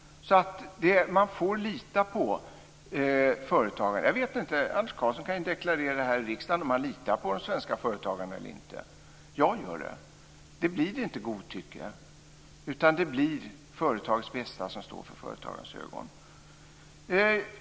Man får lita på företagarna. Anders Karlsson kan deklarera här i kammaren om han litar på de svenska företagarna eller inte. Jag gör det. Det blir inte godtycke, utan det blir företagens bästa som står för företagarnas ögon.